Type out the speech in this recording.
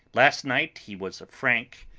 last night he was a frank,